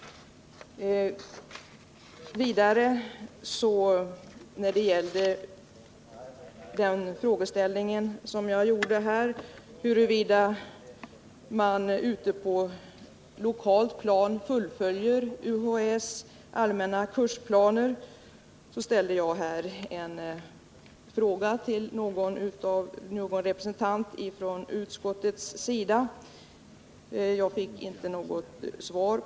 När det gäller frågeställningen huruvida man ute på lokalt plan fullföljer UHÄ:s allmänna kursplaner ställde jag en fråga till någon av representanterna för utskottet. Jag fick inte något svar.